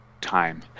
time